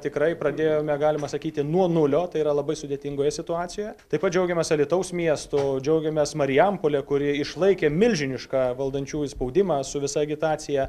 tikrai pradėjome galima sakyti nuo nulio tai yra labai sudėtingoje situacijoje taip pat džiaugiamės alytaus miestu džiaugiamės marijampole kuri išlaikė milžinišką valdančiųjų spaudimą su visa agitacija